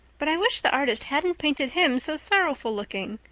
but i wish the artist hadn't painted him so sorrowful looking.